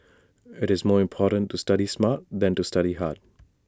IT is more important to study smart than to study hard